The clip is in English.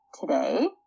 today